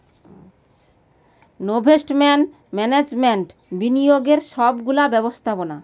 investment management বিনিয়োগের সব গুলা ব্যবস্থাপোনা